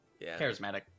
Charismatic